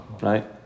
right